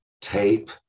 tape